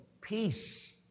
peace